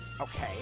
Okay